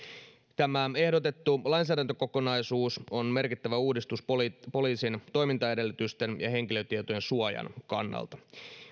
tämä ehdotettu lainsäädäntökokonaisuus on merkittävä uudistus poliisin poliisin toimintaedellytysten ja henkilötietojen suojan kannalta